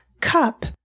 cup